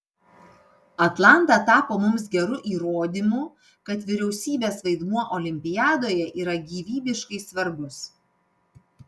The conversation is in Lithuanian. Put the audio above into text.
atlanta tapo mums geru įrodymu kad vyriausybės vaidmuo olimpiadoje yra gyvybiškai svarbus